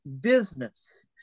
business